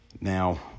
Now